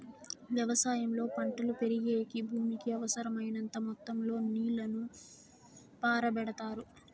వ్యవసాయంలో పంటలు పెరిగేకి భూమికి అవసరమైనంత మొత్తం లో నీళ్ళను పారబెడతారు